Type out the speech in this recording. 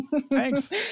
Thanks